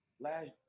Last